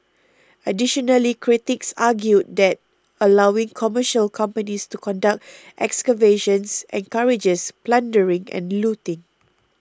additionally critics argued that allowing commercial companies to conduct excavations encourages plundering and looting